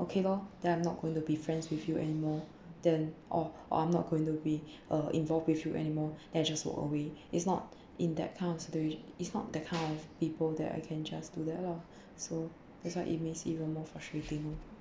okay lor then I'm not going to be friends with you anymore then oh oh I'm not going to be uh involved with you anymore then I just walk away it's not in that kind of situation it's not that kind of people that I can just do that lah so that's why it makes even more frustrating oh